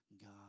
God